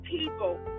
people